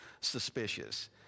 suspicious